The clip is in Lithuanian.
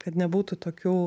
kad nebūtų tokių